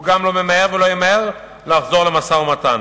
הוא גם לא ממהר ולא ימהר לחזור למשא-ומתן,